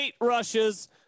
rushes